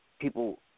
people